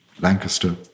Lancaster